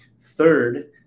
Third